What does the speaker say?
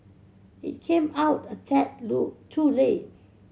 it came out a tad too late